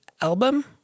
album